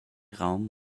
raum